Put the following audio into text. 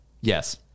Yes